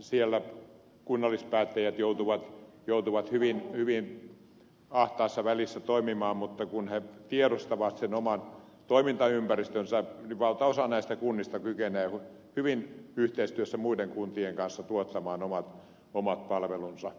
siellä kunnallispäättäjät joutuvat hyvin ahtaassa välissä toimimaan mutta kun he tiedostavat sen oman toimintaympäristönsä niin valtaosa näistä kunnista kykenee hyvin yhteistyössä muiden kuntien kanssa tuottamaan omat palvelunsa